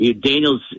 Daniels